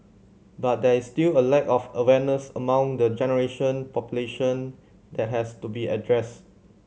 but there is still a lack of awareness among the generation population that has to be addressed